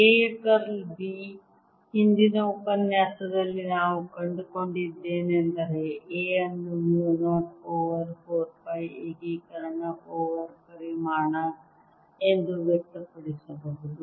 A ಯ curl B ಹಿಂದಿನ ಉಪನ್ಯಾಸದಲ್ಲಿ ನಾವು ಕಂಡುಕೊಂಡದ್ದೇನೆಂದರೆ A ಅನ್ನು ಮ್ಯೂ 0 ಓವರ್ 4 ಪೈ ಏಕೀಕರಣ ಓವರ್ ಪರಿಮಾಣ ಎಂದು ವ್ಯಕ್ತಪಡಿಸಬಹುದು